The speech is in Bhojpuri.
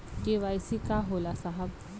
के.वाइ.सी का होला साहब?